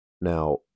Now